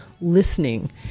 listening